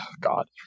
God